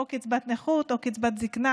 או קצבת נכות או קצבת זקנה.